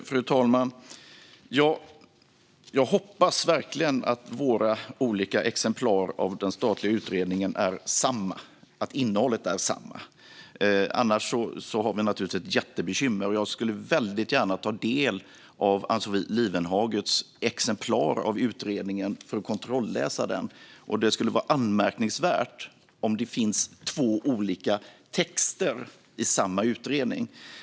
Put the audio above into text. Fru talman! Jag hoppas verkligen att innehållet är detsamma i våra olika exemplar av den statliga utredningen - annars har vi naturligtvis ett jättebekymmer. Jag skulle väldigt gärna ta del av Ann-Sofie Lifvenhages exemplar av utredningen för att kontrolläsa den. Det skulle vara anmärkningsvärt om det finns två olika texter i samma utredning.